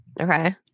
Okay